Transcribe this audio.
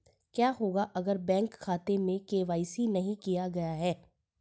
क्या होगा अगर बैंक खाते में के.वाई.सी नहीं किया गया है?